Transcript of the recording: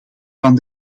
van